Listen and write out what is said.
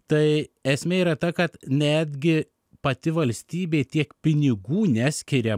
tai esmė yra ta kad netgi pati valstybė tiek pinigų neskiria